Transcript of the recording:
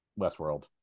Westworld